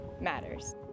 matters